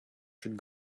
should